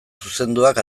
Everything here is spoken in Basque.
zuzenduak